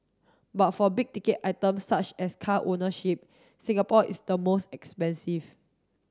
but for big ticket items such as car ownership Singapore is the most expensive